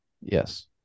yes